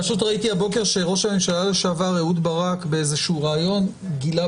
פשוט ראיתי הבוקר שראש הממשלה לשעבר אהוד ברק באיזשהו ראיון גילה